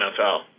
NFL